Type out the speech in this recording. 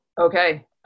okay